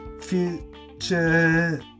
Future